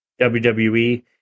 WWE